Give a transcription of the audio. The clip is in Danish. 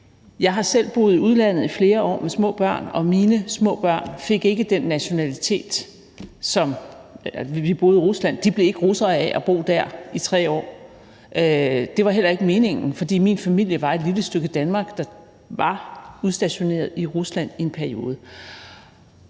Jeg har selv boet i udlandet i flere år med små børn. Vi boede i Rusland, og mine små børn blev ikke russere af at bo dér i 3 år. Det var heller ikke meningen, for min familie var et lille stykke Danmark, der var udstationeret i Rusland i en periode.